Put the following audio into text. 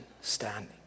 standing